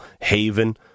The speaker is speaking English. haven